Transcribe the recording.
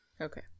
Okay